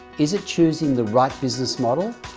is it choosing the right business model,